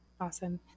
Awesome